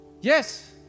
Yes